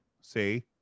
see